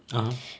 (uh huh)